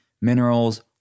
minerals